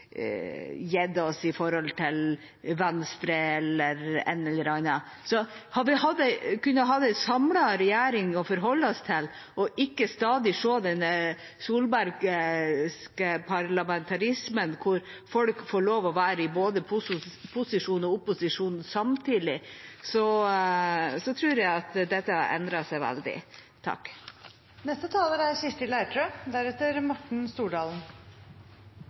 Venstre eller en eller annen. Hadde vi hatt en samlet regjering å forholde oss til, og ikke stadig se den solbergske parlamentarismen, hvor folk får lov til å være i både posisjon og opposisjon samtidig, tror jeg at dette hadde endret seg veldig.